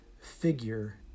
figure